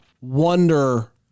wonder